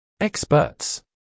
Experts